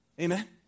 Amen